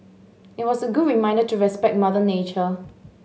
it was a good reminder to respect mother nature